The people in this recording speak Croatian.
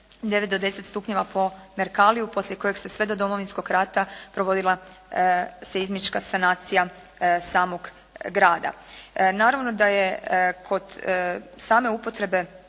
9-10 stupnjeva po Merkaliju poslije kojeg se sve do Domovinskog rata provodila seizmička sanacija samog grada.